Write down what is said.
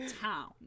town